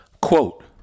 quote